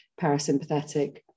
parasympathetic